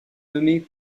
nommé